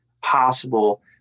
possible